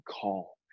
call